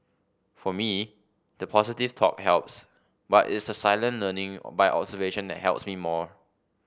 for me the positive talk helps but it's the silent learning by observation that helps me more